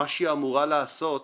מה שהיא אמורה לעשות,